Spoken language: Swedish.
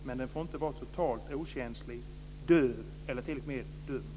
Men den får inte vara totalt okänslig, döv eller t.o.m. dum.